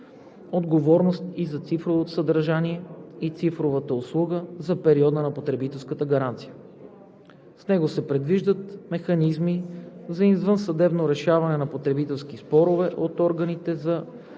отговорност и за цифровото съдържание и цифровата услуга за периода на потребителската гаранция. С него се предвиждат механизми за извънсъдебно решаване на потребителски спорове от органите за